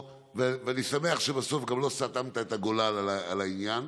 ואני שמח שבסוף גם לא סתמת את הגולל על העניין.